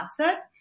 asset